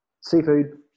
seafood